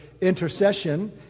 intercession